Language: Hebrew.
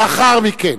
לאחר מכן,